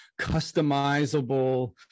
customizable